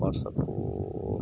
ବର୍ଷକୁ